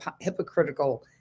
hypocritical